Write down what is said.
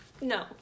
No